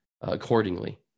accordingly